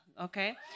okay